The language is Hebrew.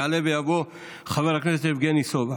יעלה ויבוא חבר הכנסת יבגני סובה,